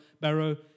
barrow